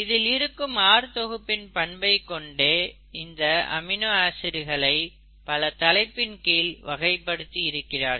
இதில் இருக்கும் R தொகுப்பின் பண்பை கொண்டு இந்த அமினோ ஆசிட்டுகளை பல தலைப்பின் கீழ் வகைபடுத்தி இருக்கிறார்கள்